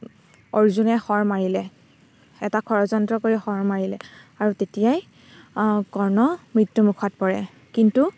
অৰ্জুনে শৰ মাৰিলে এটা ষড়যন্ত্ৰ কৰি শৰ মাৰিলে আৰু তেতিয়াই কৰ্ণ মৃত্যুমুখত পৰে কিন্তু